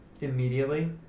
immediately